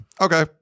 Okay